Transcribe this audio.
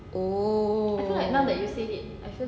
oh